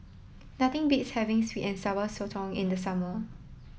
nothing beats having Sweet and Sour Sotong in the summer